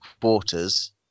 quarters